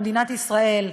במדינת ישראל,